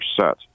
set